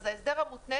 אז ההסדר המותנה